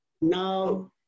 Now